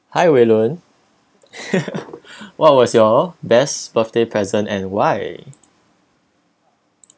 hi wei lun what was your best birthday present and why